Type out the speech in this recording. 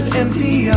empty